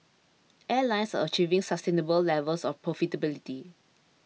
airlines are achieving sustainable levels of profitability